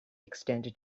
extended